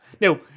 now